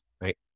Right